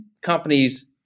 companies